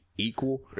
equal